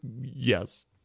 yes